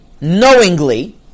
knowingly